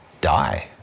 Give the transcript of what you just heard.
die